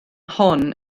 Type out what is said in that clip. hon